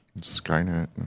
Skynet